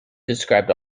described